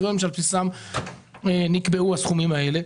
מה הקריטריון שעל בסיסו נקבעו הסכומים האלה?